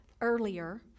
Earlier